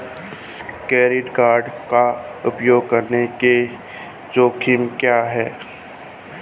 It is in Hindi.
क्रेडिट कार्ड का उपयोग करने के जोखिम क्या हैं?